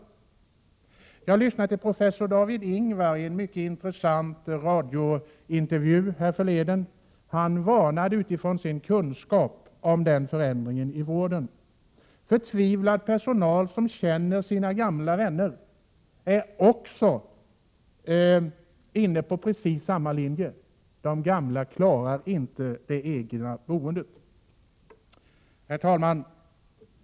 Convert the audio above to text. Härförleden lyssnade jag på professor David Ingvar i en mycket intressant radiointervju. Utifrån sin kunskap varnade han för den förändringen i vården. Förtvivlad personal som känner sina gamla som vänner är också inne på precis samma linje. De gamla klarar inte den förändring som en övergång till eget boende innebär. Herr talman!